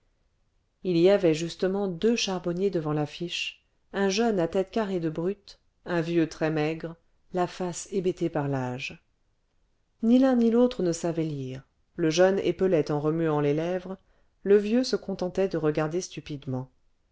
il y avait justement deux charbonniers devant l'affiche un jeune à tête carrée de brute un vieux très maigre la face hébétée par l'âge ni l'un ni l'autre ne savait lire le jeune épelait en remuant les lèvres le vieux se contentait de regarder stupidement